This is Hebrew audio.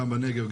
גם בנגב,